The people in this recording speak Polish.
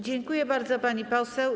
Dziękuję bardzo, pani poseł.